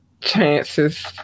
chances